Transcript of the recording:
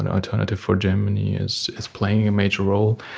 and alternative for germany is is playing a major role,